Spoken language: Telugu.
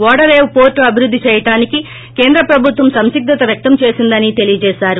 వొడ రేవు పోర్ట్ అభివృద్ది చేయటానికి కేంద్ర ప్రభుత్వం సందిగ్గత వ్వక్తం చేసిందని తెలియచేశారు